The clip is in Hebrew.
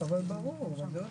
אין כיתות.